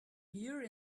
here